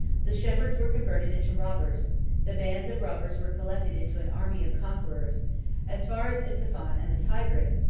the shepherds were converted into robbers the bands of robbers were collected into an army of conquerors as far as ispahan and the tigris,